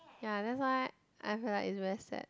ya that's why I feel like is very sad